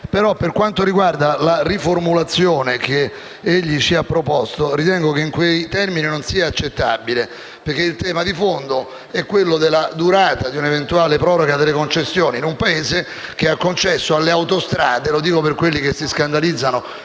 Per quanto riguarda la riformulazione che egli ci ha proposto, ritengo che in quei termini essa non sia accettabile, perché il tema di fondo è la durata di un'eventuale proroga delle concessioni in un Paese che ha concesso alle autostrade - lo dico per coloro che si scandalizzano